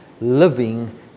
living